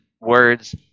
words